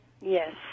Yes